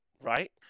Right